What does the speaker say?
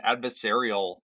adversarial